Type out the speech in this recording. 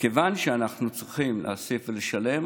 וכיוון שאנחנו צריכים להוסיף ולשלם,